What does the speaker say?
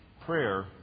prayer